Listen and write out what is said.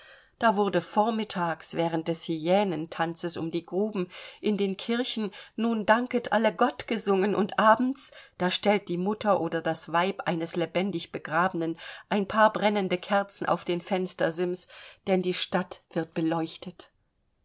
da wurde vormittags während des hyänentanzes um die gruben in den kirchen nun danket alle gott gesungen und abends da stellt die mutter oder das weib eines lebendig begrabenen ein paar brennende kerzen auf den fenstersims denn die stadt wird beleuchtet